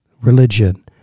religion